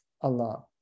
Allah